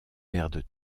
perdent